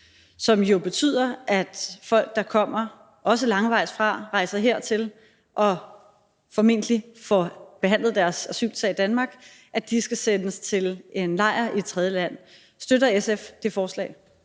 som jo betyder, at folk, der kommer langvejsfra og rejser hertil og formentlig får behandlet deres asylsag i Danmark, skal sendes til en lejr i et tredjeland. Støtter SF det forslag?